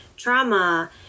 trauma